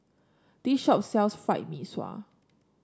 this shop sells Fried Mee Sua